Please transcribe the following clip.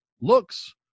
looks